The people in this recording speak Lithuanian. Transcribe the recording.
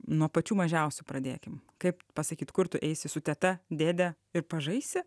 nuo pačių mažiausių pradėkim kaip pasakyti kur tu eisi su teta dėde ir pažaisi